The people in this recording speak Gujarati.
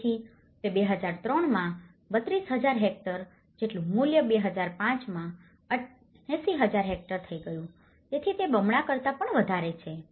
તેથી તે 2003 માં 32000 હેક્ટર જેટલું મૂલ્ય 2005 માં 80000 હેક્ટર થઈ ગયું છે તેથી તે બમણા કરતા વધારે છે